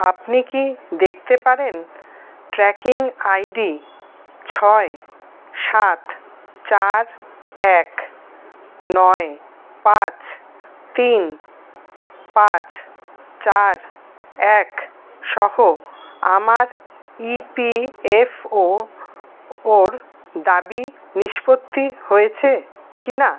আপনি কি দেখতে পারেন ট্র্যাকিং আই ডি ছয় সাত চার এক নয় পাঁচ তিন পাঁচ চার এক সহ আমার ই পি এফ ও ওর দাবি নিষ্পত্তি হয়েছে কি না